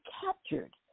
captured